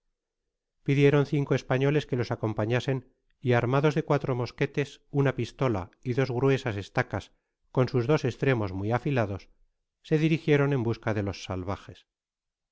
pidieron cinco españoles que los acompañasen y armados de cuatro mosquetes una pistola y dos gruesas estacas con sus dos estremos muy afilados sé dirigieron en busca de los salvajes